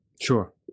Sure